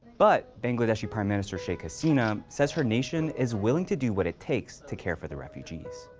but bangeldeshi prime minister sheikh hasina says her nation is willing to do what it takes to care for the refugees.